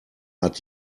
hat